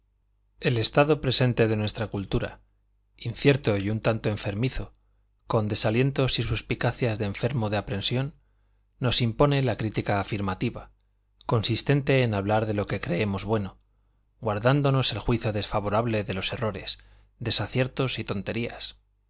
el estado presente de nuestra cultura incierto y un tanto enfermizo con desalientos y suspicacias de enfermo de aprensión nos impone la crítica afirmativa consistente en hablar de lo creemos bueno guardándonos el juicio desfavorable de los errores desaciertos y tonterías